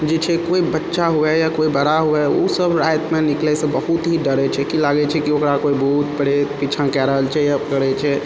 जे छै कि कोइ बच्चा हुअए या कोइ बड़ा हुअए उसब रातिमे निकलयसँ बहुत ही डरय छै कि लागय छै कि ओकराके भूत प्रेत पीछा कए रहल छै या करय छै